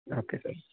okay sir